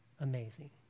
amazing